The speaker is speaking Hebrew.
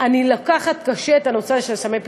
אני לוקחת קשה את הנושא של סמי פיצוציות,